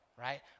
right